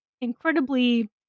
incredibly